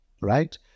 right